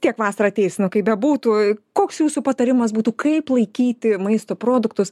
tiek vasarą ateis nu kaip bebūtų koks jūsų patarimas būtų kaip laikyti maisto produktus